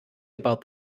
about